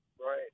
Right